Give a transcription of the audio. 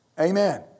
Amen